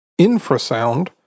Infrasound